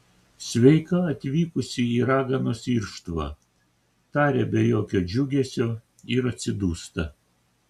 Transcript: sveika atvykusi į raganos irštvą taria be jokio džiugesio ir atsidūsta